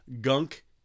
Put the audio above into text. Gunk